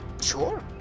Sure